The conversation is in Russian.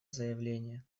заявления